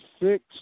six